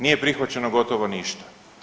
Nije prihvaćeno gotovo ništa.